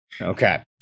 Okay